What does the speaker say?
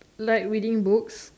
like reading books